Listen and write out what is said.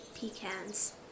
pecans